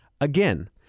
Again